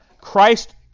Christ